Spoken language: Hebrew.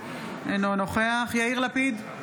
אינו נוכח יאיר לפיד,